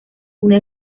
una